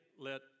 let